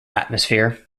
atmosphere